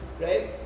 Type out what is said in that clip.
right